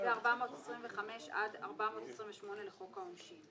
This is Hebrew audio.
ו-425 עד 428 לחוק העונשין,